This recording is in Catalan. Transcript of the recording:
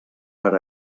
per